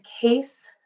case